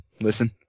listen